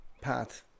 path